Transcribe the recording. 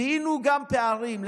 זיהינו גם פערים.